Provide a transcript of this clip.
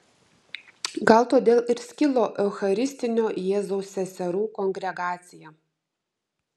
gal todėl ir skilo eucharistinio jėzaus seserų kongregacija